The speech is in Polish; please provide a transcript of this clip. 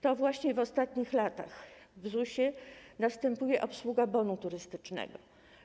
To właśnie w ostatnich latach w ZUS-ie następuje obsługa bonu turystycznego.